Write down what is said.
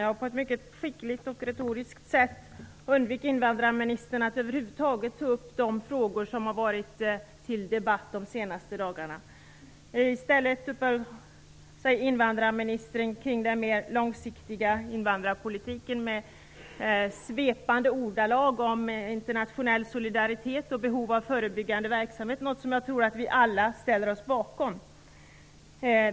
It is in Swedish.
På ett mycket skickligt och retoriskt sätt undvek invandrarministern att över huvud taget ta upp de frågor som har varit föremål för debatt de senaste dagarna. I stället uppehöll sig invandrarministern vid den mer långsiktiga invandrarpolitiken och talade i svepande ordalag om internationell solidaritet och behov av förebyggande verksamhet, något som jag tror att vi alla ställer oss bakom.